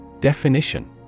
Definition